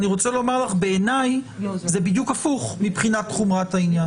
אני רוצה לומר לך שבעיניי זה בדיוק הפוך מבחינת חומרת העניין.